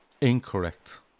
Incorrect